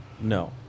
no